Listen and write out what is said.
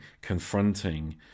confronting